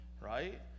Right